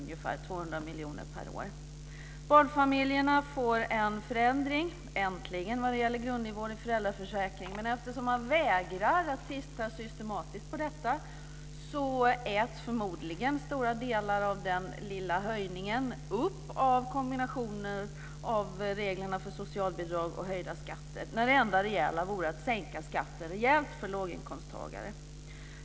Barnfamiljerna får äntligen en förändring vad gäller grundnivån i föräldraförsäkringen. Men eftersom regeringen vägrar att göra något systematiskt av detta äts förmodligen stora delar av den lilla höjningen upp av kombinationen av reglerna för socialbidrag och höjda skatter. Det enda rejäla vore att sänka skatten ordentligt för låginkomsttagare.